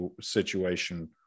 situation